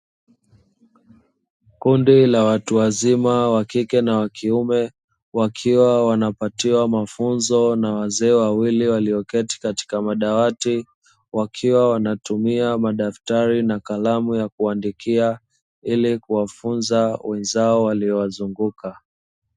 Kundi la watu wazima wa kike na wa kiume, wakiwa wanapatiwa mafunzo na wazee wawili walioketi katika madawati, wakiwa wanatumia madaftari na kalamu ya kuandikia, ili kuwafunza wenzao waliowazunguka.